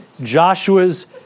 Joshua's